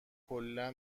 کلا